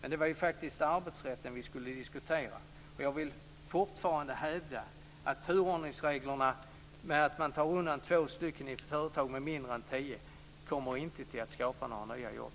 Men det var faktiskt arbetsrätten vi skulle diskutera. Jag vill fortfarande hävda att turordningsreglerna om att man kan ta undan två i ett företag med mindre än tio anställda inte kommer att skapa några nya jobb.